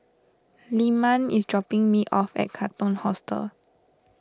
Lyman is dropping me off at Katong Hostel